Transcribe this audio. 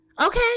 okay